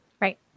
right